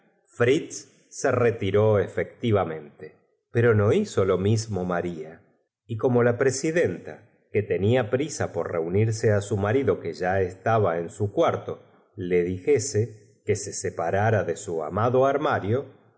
fritz so retiró efectivamente pero no hizo lo mismo marla y como la presidenta que tenía prisa porreunirsetv á su marido que ya estaba en su cuarto le dijese que se separara de su amado ar